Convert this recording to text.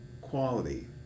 quality